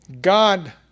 God